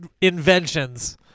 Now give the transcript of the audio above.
inventions